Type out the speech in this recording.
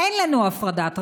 אין לנו הפרדת רשויות.